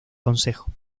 consejo